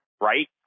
right